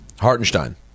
Hartenstein